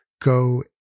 go